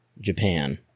Japan